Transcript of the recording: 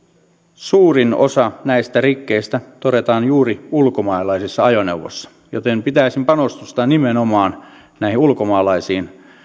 suurin osa näistä rikkeistä todetaan juuri ulkomaalaisessa ajoneuvossa joten pitäisin panostusta nimenomaan ulkomaalaisiin